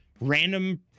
Random